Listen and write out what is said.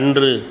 அன்று